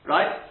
Right